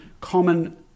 common